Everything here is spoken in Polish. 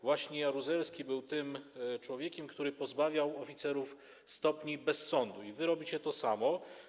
Właśnie Jaruzelski był tym człowiekiem, który pozbawiał oficerów stopni bez sądu, i wy robicie to samo.